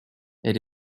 elle